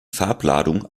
farbladung